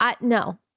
no